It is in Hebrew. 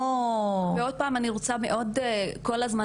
ועוד פעם: אני רוצה מאוד להשוות כל הזמן